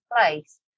place